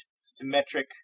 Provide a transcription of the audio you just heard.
symmetric